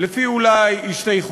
לא לאלה שניסו להפריע,